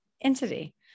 entity